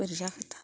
बोरै जाखोथाय